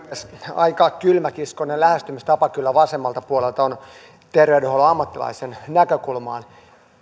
aika kylmäkiskoinen lähestymistapa kyllä vasemmalta puolelta on terveydenhuollon ammattilaisen näkökulmaan